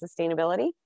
Sustainability